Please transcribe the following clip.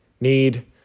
need